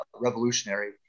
revolutionary